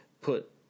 put